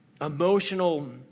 emotional